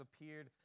appeared